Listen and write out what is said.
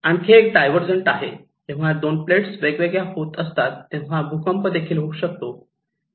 आणि आणखी एक डायव्हर्जंट आहे जेव्हा दोन प्लेट्स वेगळ्या होत असतात तेव्हा भूकंप देखील होऊ शकतो